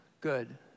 Good